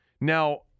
Now